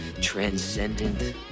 transcendent